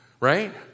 right